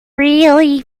really